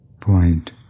point